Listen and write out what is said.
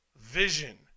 vision